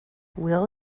will